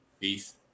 Peace